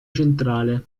centrale